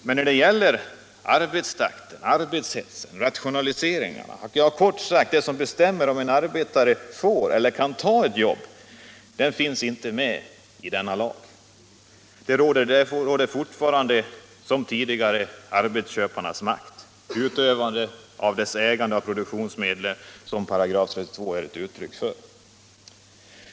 Men frågor om arbetstakt, arbetshets, rationaliseringar, ja, kort sagt det som bestämmer om en arbetare får eller kan ta ett jobb, finns inte med i denna lag. Där råder som tidigare arbetsköparnas makt, utövad genom deras ägande av produktionsmedlen, som § 32 är ett uttryck för.